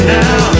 now